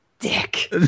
Dick